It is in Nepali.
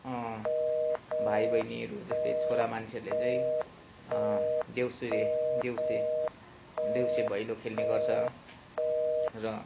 भाइबहिनीहरू जस्तै छोरा मान्छेहरूले चाहिँ देउसुरे देउसे देउसे भैलो खेल्ने गर्छ र